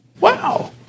Wow